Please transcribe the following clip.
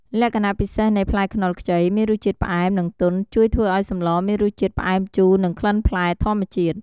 លក្ខណៈពិសេសនៃផ្លែខ្នុរខ្ចីមានរសជាតិផ្អែម និងទន់ ជួយធ្វើឱ្យសម្លមានរសជាតិផ្អែមជូរ និងក្លិនផ្លែធម្មជាតិ។